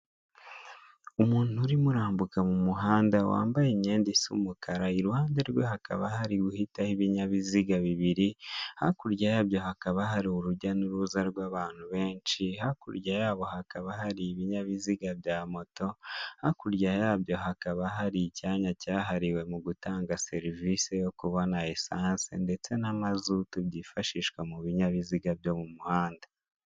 Umuntu urimo urambuka mu muhanda wambaye imyenda isa umukara iruhande rwe hakaba hari guhitaho ibinyabiziga bibiri, hakurya yabyo hakaba hari urujya n'uruza rw'abantu benshi, hakurya yabo hakaba hari ibinyabiziga bya moto, hakurya yabyo hakaba hari icyanya cyahariwe mu gutanga serivise yo kubona esanse ndetse na mazutu byifashishwa mu binyabiziga byo mu muhanda.